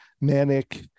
manic